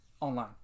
online